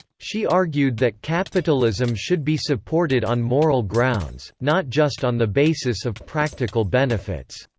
she argued that capitalism should be supported on moral grounds, not just on the basis of practical benefits.